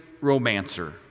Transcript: romancer